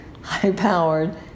high-powered